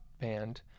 band